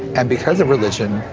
and because of religion,